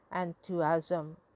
enthusiasm